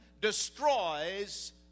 destroys